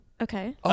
Okay